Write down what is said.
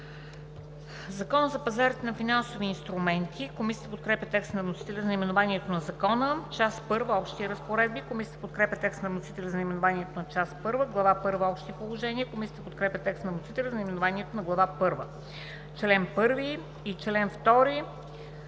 „Закон за пазарите на финансови инструменти“. Комисията подкрепя текста на вносителя за наименованието на Закона. „Част първа – Общи разпоредби“. Комисията подкрепя текста на вносителя за наименованието на Част първа. „Глава първа – Общи положения“. Комисията подкрепя текста на вносителя за наименованието на Глава първа. Комисията